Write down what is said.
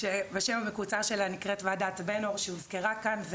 שבשם המקוצר שלה נקראת ועדת בן-אור שהוזכרה כאן.